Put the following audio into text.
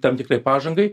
tam tikrai pažangai